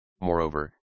moreover